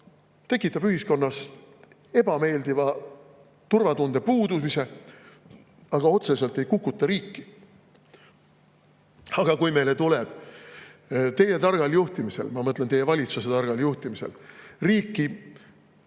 tekitab ühiskonnas küll ebameeldiva turvatunde puudumise, aga otseselt ei kukuta riiki. Aga kui meile tuleb teie targal juhtimisel, ma mõtlen teie valitsuse targal juhtimisel, riiki